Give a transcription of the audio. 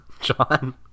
John